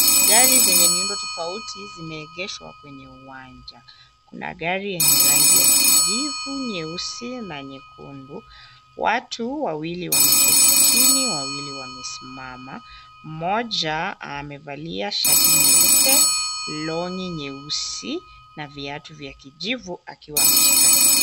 Gari zenye miundo tofauti zimeegeshwa kwenye uwanja. Kuna gari ya rangi ya kijivu, nyeusi na nyekundu. Watu Wawili wameketi chini wawili wamesimama. Mmoja amevaa shati nyeupe[cs ] longi[cs ] nyeusi na viatu vya kijibu akiwa ameshika kichwa.